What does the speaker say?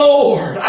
Lord